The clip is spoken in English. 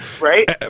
Right